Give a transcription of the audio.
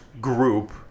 group